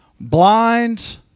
blind